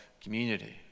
community